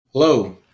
Hello